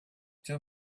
two